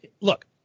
look